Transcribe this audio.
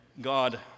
God